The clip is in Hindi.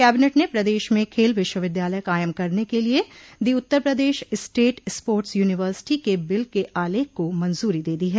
कैबिनेट ने प्रदेश में खेल विश्वविद्यालय क़ायम करने के लिए the Uttar Pradesh state sports university के बिल के आलेख को मंजूरी दे दी है